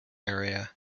area